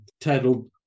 titled